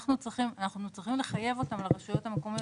אנחנו צריכים לחייב אותו לרשויות המקומיות.